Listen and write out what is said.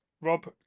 rob